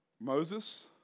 Moses